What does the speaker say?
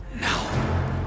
now